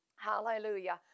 Hallelujah